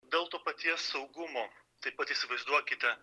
dėl to paties saugumo taip pat įsivaizduokite